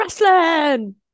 wrestling